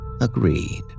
Agreed